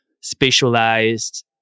specialized